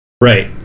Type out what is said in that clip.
right